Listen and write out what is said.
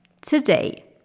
Today